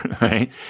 right